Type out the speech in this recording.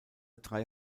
drei